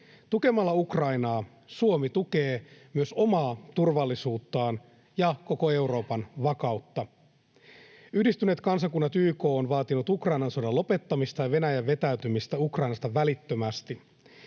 Tukemalla Ukrainaa Suomi tukee myös omaa turvallisuuttaan ja koko Euroopan vakautta. Yhdistyneet kansakunnat, YK, on vaatinut Ukrainan sodan lopettamista ja Venäjän vetäytymistä Ukrainasta välittömästi.